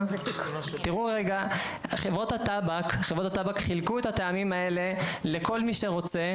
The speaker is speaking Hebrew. תראו חברות הטבק חילקו את הטעמים האלה לכל מי שרוצה.